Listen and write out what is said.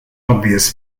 obvious